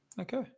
Okay